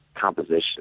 composition